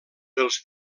dels